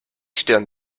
stirn